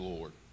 Lord